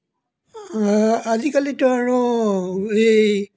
আজিকালিতো আৰু এই